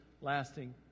lasting